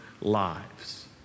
lives